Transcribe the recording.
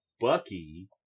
Bucky